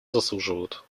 заслуживают